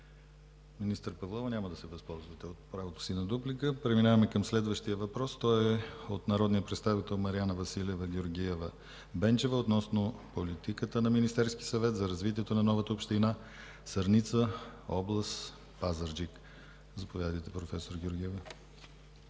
Министър Павлова, няма да се възползвате от правото си на дуплика. Преминаваме към следващия въпрос. Той е от народния представител Мариана Василева Георгиева-Бенчева относно политиката на Министерския съвет за развитието на новата община Сърница, област Пазарджик. Заповядайте, проф. Георгиева.